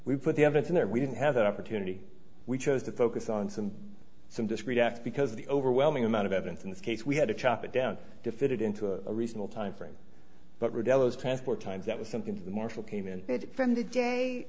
we put the evidence in there we didn't have that opportunity we chose to focus on some some discrete acts because the overwhelming amount of evidence in this case we had to chop it down to fit it into a reasonable timeframe but rebel is transport times that was something to the marshal came in from the